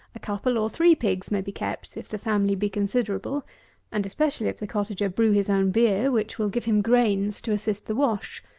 a couple or three pigs may be kept, if the family be considerable and especially if the cottager brew his own beer, which will give him grains to assist the wash.